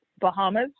Bahamas